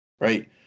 right